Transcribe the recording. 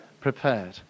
prepared